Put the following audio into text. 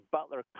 Butler